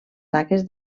taques